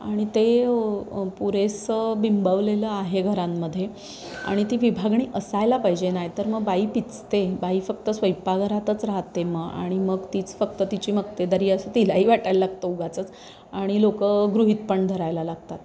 आणि ते पुरेसं बिंबवलेलं आहे घरांमध्ये आणि ती विभागणी असायला पाहिजे नाही तर मग बाई पिचते बाई फक्त स्वयंपाकघरातच राहते मग आणि मग तीच फक्त तिची मक्तेदरी असं तिलाही वाटायला लागतं उगाचंच आणि लोक गृहित पण धरायला लागतात